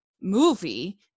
movie